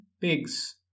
pigs